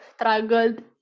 struggled